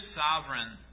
sovereign